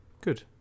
good